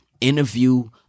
interview